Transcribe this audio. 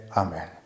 amen